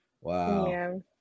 wow